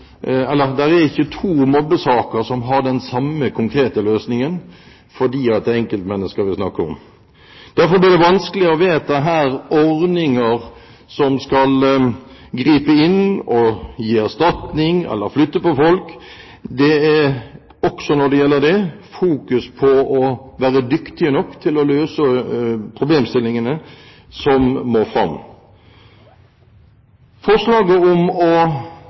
ikke to mobbesaker som har den samme konkrete løsningen, fordi det er enkeltmennesker vi snakker om. Derfor blir det vanskelig å vedta ordninger som skal gripe inn og gi erstatning eller flytte på folk. Det er også når det gjelder dette, fokus på å være dyktige nok til å løse problemstillingene som må fram. Forslaget om å